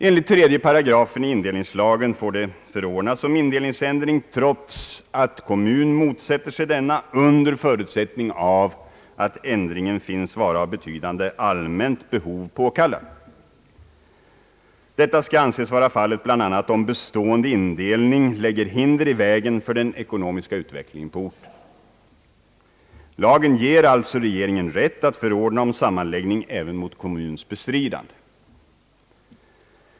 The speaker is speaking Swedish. Enligt 3 8 indelningslagen får det förordnas om indelningsändring trots att kommun motsätter sig denna endast under förutsättning att ändringen finnes vara av betydande allmänt behov påkallad. Detta skall anses vara fallet bl.a. om bestående indelning lägger hinder i vägen för den ekonomiska utvecklingen inom orten. Lagen ger således regeringen rätt att förordna om sammanläggning även mot kommuns bestridande.